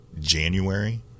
January